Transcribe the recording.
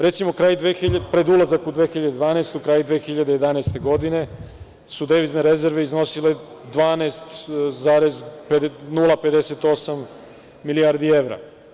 Recimo, pred ulazak u 2012. kraj 2011. godine, su devizne rezerve iznosile 12,058 milijardi evra.